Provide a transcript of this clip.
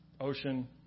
ocean